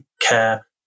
care